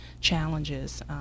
challenges